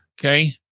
Okay